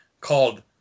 called